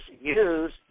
use